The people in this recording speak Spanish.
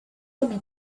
una